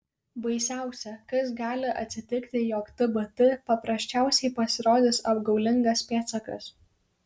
baisiausia kas gali atsitikti jog tbt paprasčiausiai pasirodys apgaulingas pėdsakas